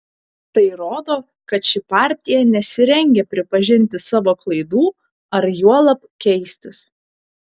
tai rodo kad ši partija nesirengia pripažinti savo klaidų ar juolab keistis